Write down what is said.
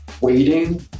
Waiting